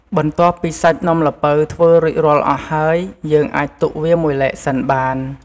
បន្ទាប់ពីសាច់នំល្ពៅធ្វើរួចរាល់អស់ហើយ យើងអាចទុកវាមួយឡែកសិនបាន។